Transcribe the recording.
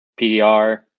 PDR